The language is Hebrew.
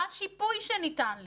מה השיפוי שניתן לי?